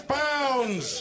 pounds